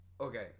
Okay